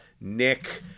Nick